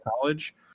college